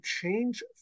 change